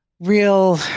Real